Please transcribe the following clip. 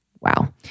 Wow